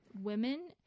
women